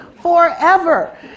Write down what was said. forever